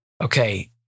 okay